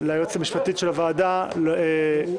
אתן ליועצת המשפטית של הוועדה להרחיב.